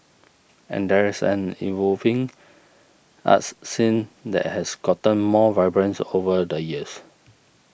and there is an evolving arts scene that has gotten more vibrancy over the years